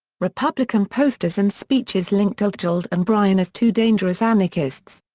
republican posters and speeches linked altgeld and bryan as two dangerous anarchists.